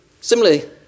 Similarly